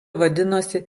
vadinosi